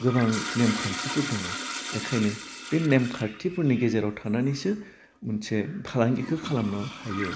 गोबां नेमखान्थिफोर दङ बेखायनो बे नेमखान्थिफोरनि गेजेराव थानानैसो मोनसे फालांगिखौ खालामनो हायो